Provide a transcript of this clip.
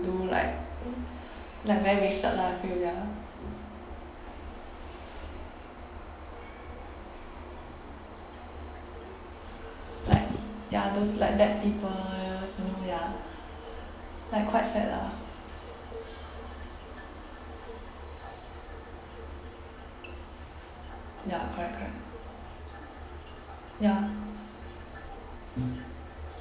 do like ya very wasted lah I feel ya like ya those like bad people you know ya like quite sad lah ya correct correct ya